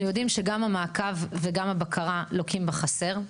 אנחנו יודעים שגם המעקב וגם הבקרה לוקים בחסר.